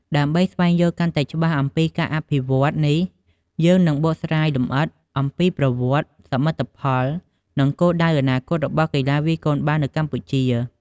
ដើម្បីស្វែងយល់កាន់តែច្បាស់អំពីការអភិវឌ្ឍន៍នេះ យើងនឹងបកស្រាយលម្អិតអំពីប្រវត្តិ សមិទ្ធផល និងគោលដៅអនាគតរបស់កីឡាវាយកូនបាល់នៅកម្ពុជា។